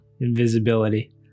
Invisibility